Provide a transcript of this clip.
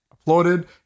applauded